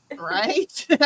Right